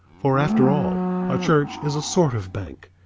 for after all a church is a sort of bank.